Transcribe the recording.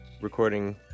recording